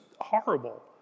Horrible